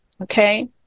okay